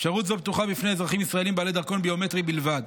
אפשרות זו פתוחה בפני אזרחים ישראלים בעלי דרכון ביומטרי בלבד.